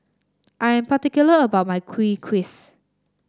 I am particular about my Kuih Kaswi